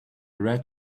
red